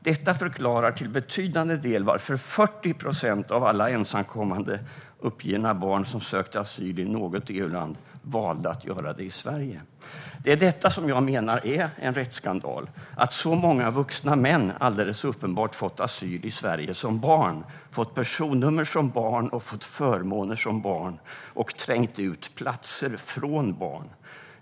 Detta förklarar till betydande del varför 40 procent av alla ensamkommande uppgivna barn som sökte asyl i något EU-land valde att göra det i Sverige. Det är detta jag menar är en rättsskandal, att så många vuxna män alldeles uppenbart har fått asyl i Sverige som barn, fått personnummer som barn och fått förmåner som barn och trängt undan barn från platser som är till för barn.